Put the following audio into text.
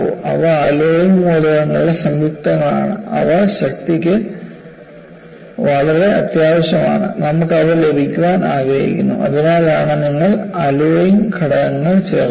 അവ അലോയിംഗ് മൂലകങ്ങളുടെ സംയുക്തങ്ങളാണ് അവ ശക്തിക്ക് വളരെ അത്യാവശ്യമാണ് നമുക്ക് അവ ലഭിക്കാൻ ആഗ്രഹിക്കുന്നു അതിനാലാണ് നിങ്ങൾ അലോയിംഗ് ഘടകങ്ങൾ ചേർക്കുന്നത്